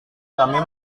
kami